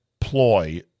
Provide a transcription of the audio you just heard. ploy